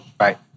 Right